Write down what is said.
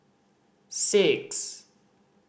six